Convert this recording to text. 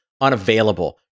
unavailable